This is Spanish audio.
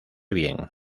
bien